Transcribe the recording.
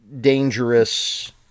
dangerous